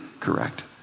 correct